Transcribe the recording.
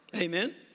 Amen